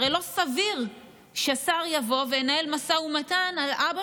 הרי לא סביר ששר יבוא וינהל משא ומתן על אבא